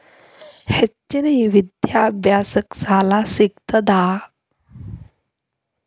ಹೆಚ್ಚಿನ ವಿದ್ಯಾಭ್ಯಾಸಕ್ಕ ಸಾಲಾ ಸಿಗ್ತದಾ?